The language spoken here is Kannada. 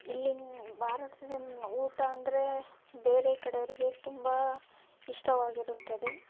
ಇಲ್ಲಿನ ಭಾರತದ ಊಟ ಅಂದರೆ ಬೇರೆ ಕಡೆಯವರಿಗೆ ತುಂಬ ಇಷ್ಟವಾಗಿರುತ್ತದೆ